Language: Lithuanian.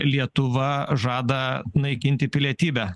lietuva žada naikinti pilietybę